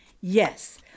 Yes